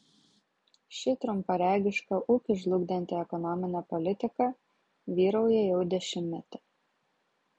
ši trumparegiška ūkį žlugdanti ekonominė politika vyrauja jau dešimtmetį